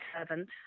servant